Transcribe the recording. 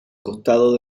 costado